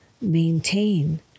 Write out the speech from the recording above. maintain